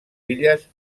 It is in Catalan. illes